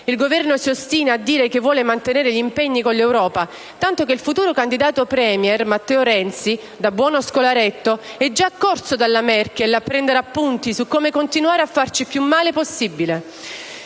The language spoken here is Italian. Il Governo si ostina a dire che vuole mantenere gli impegni con l'Europa, tanto che il futuro candidato *premier*, Matteo Renzi, da buon scolaretto, è già corso dalla cancelliera Merkel a prendere appunti su come continuare a farci più male possibile.